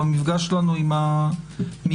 במפגש שלנו עם הממשל,